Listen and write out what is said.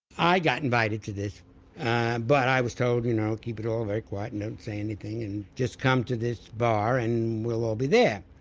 i got invited to it and but i was told you know keep it all very quiet and don't say anything and just come to this bar and we'll all be there.